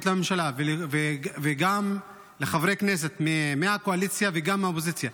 לממשלה וגם לחברי הכנסת מהקואליציה וגם מהאופוזיציה.